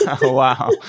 Wow